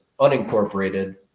unincorporated